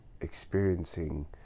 experiencing